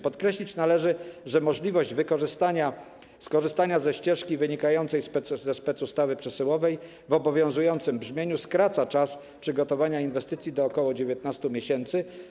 Podkreślić należy, że możliwość skorzystania ze ścieżki wynikającej ze specustawy przesyłowej w obowiązującym brzmieniu skraca czas przygotowania inwestycji do ok. 19 miesięcy.